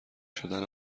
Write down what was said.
شدن